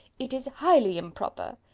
it is highly improper.